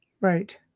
Right